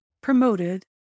promoted